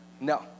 No